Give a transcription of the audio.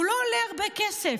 הוא לא עולה הרבה כסף.